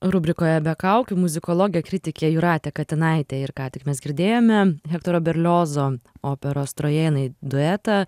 rubrikoje be kaukių muzikologė kritikė jūratė katinaitė ir ką tik mes girdėjome hektoro berliozo operos trojėnai duetą